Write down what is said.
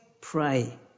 pray